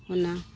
ᱚᱱᱟ